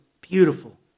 beautiful